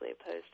opposed